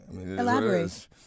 Elaborate